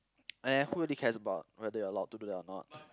!eh! who really cares about whether you are allowed to do that or not